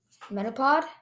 Metapod